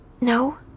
No